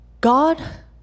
God